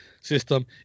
system